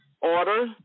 order